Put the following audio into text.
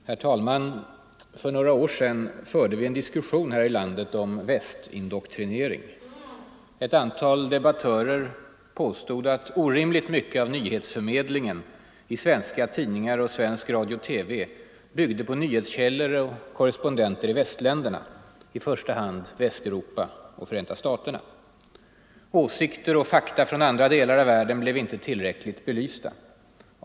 Herr talman! För några år sedan förde vi en diskussion här i landet om ”västindoktrinering”. Ett antal debattörer påstod att orimligt mycket av nyhetsförmedlingen i svenska tidningar och svensk radio-TV byggde på nyhetskällor och korrespondenter i västländerna, i första hand Västeuropa och Förenta staterna. Åsikter och fakta från andra delar av världen blev inte tillräckligt belysta.